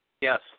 Yes